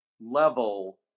Level